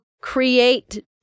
create